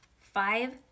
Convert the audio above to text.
Five